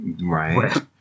Right